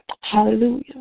Hallelujah